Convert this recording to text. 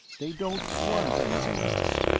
they don't want anything else.